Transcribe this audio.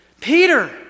Peter